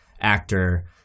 actor